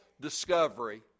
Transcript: discovery